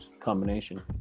combination